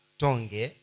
tonge